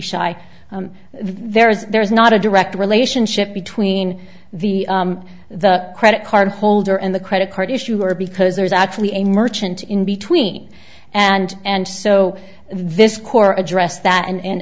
shy there is there's not a direct relationship between the the credit card holder and the credit card issuer because there's actually a merchant in between and and so this core address that an